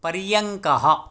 पर्यङ्कः